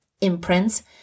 imprints